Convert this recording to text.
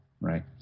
right